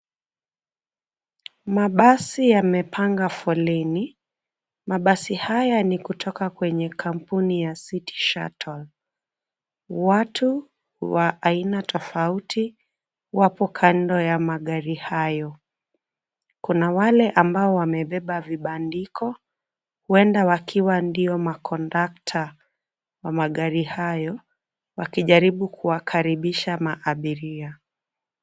Mabasi yamepanga foleni. Mabasi haya ni kutoka kwenye kampuni ya City Shuttle. Watu wa aina tofauti wapo kando ya magari hayo, kuna wale ambao wamebeba vibandiko, huenda wakiwa ndio makondakta wa magari hayo, wakijaribu kuwakaribisha maabiria.